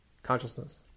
Consciousness